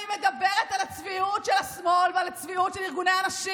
אני מדברת על הצביעות של השמאל ועל הצביעות של ארגוני הנשים.